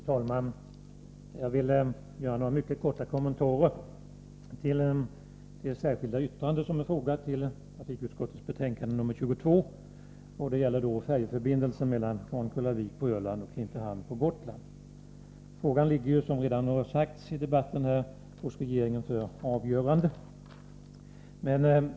Fru talman! Jag vill göra några mycket korta kommentarer till det särskilda yttrande som är fogat till trafikutskottets betänkande nr 22. Det gäller förbättrad färjeförbindelse mellan Grankullavik på Öland och Klintehamn på Gotland. Frågan ligger ju, som redan har sagts under debatten, hos regeringen för avgörande.